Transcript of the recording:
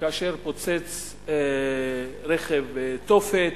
כאשר פוצץ רכב תופת,